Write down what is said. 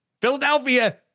Philadelphia